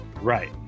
right